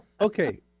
okay